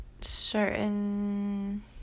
certain